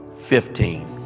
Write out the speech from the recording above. Fifteen